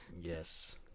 Yes